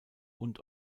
und